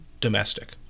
domestic